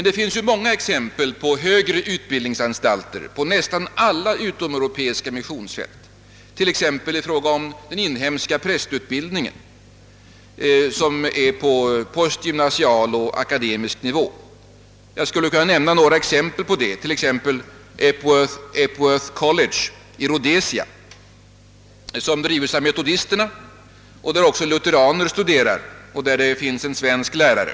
Det finns också många exempel på högre utbildningsanstalter inom nästan alla utomeuropeiska missionsfält, t.ex. i fråga om den inhemska prästutbildningen, som befinner sig på postgymnasial och akademisk nivå. Jag vill ge några exempel, såsom Epworth College i Rhodesia som drivs av metodisterna men där också lutheraner studerar och där det finns en svensk lärare.